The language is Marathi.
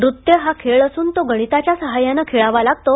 नृत्य हा खेळ असून तो गणिताच्या सहाय्याने खेळावा लागतो